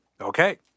Okay